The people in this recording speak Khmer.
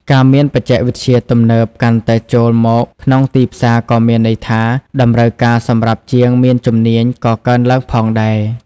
ការមានបច្ចេកវិទ្យាទំនើបកាន់តែចូលមកក្នុងទីផ្សារក៏មានន័យថា តម្រូវការសម្រាប់ជាងមានជំនាញក៏កើនឡើងផងដែរ។